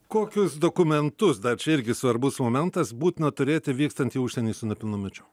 kokius dokumentus dar čia irgi svarbus momentas būtina turėti vykstant į užsienį su nepilnamečiu